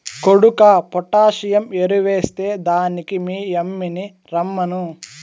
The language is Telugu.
కొడుకా పొటాసియం ఎరువెస్తే దానికి మీ యమ్మిని రమ్మను